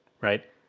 right